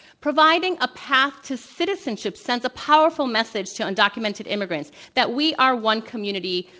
providing a path to citizenship sends a powerful message to undocumented immigrants that we are one community,